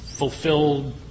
fulfilled